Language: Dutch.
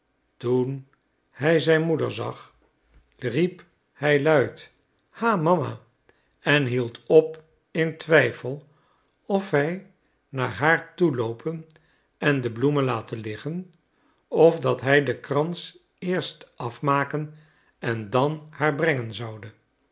toen hij zijn moeder zag riep hij luid ha mama en hield op in twijfel of hij naar haar toeloopen en de bloemen laten liggen of dat hij den krans eerst afmaken en dan haar brengen zoude